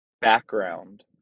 background